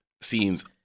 seems